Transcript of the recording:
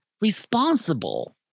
Responsible